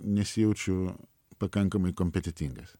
nesijaučiu pakankamai kompetentingas